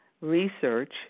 research